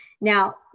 Now